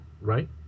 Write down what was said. right